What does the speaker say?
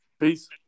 Peace